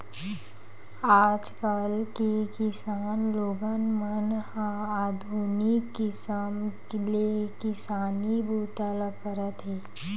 आजकाल के किसान लोगन मन ह आधुनिक किसम ले किसानी बूता ल करत हे